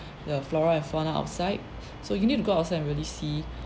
the flora and fauna outside so you need to go outside and really see